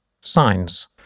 Signs